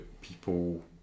people